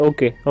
Okay